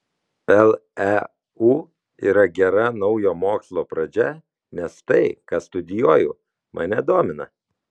leu yra gera naujo mokslo pradžia nes tai ką studijuoju mane domina